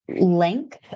length